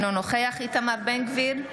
אינו נוכח איתמר בן גביר,